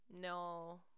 No